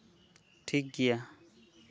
ᱴᱷᱤᱠ ᱜᱮᱭᱟ